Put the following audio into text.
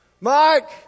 Mike